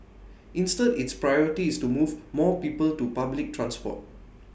instead its priority is to move more people to public transport